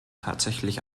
tatsächlich